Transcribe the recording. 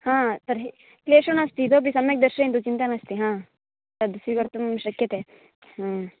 आम् तर्हि क्लेशो नास्ति इतोऽपि सम्यक् दर्शयन्तु चिन्ता सास्ति आम् तत् स्वीकर्तुं शक्यते